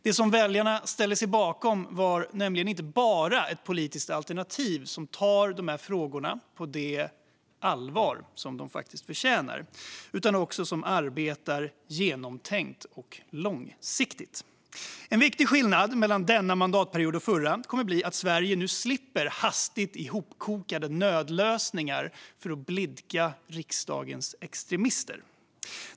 Det som väljarna ställde sig bakom var nämligen ett politiskt alternativ som inte bara tar de frågorna på det allvar de förtjänar utan också arbetar genomtänkt och långsiktigt. En viktig skillnad mellan denna mandatperiod och den förra kommer att bli att Sverige nu slipper hastigt hopkokade nödlösningar för att blidka riksdagens extremister.